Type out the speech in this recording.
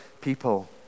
people